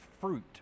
fruit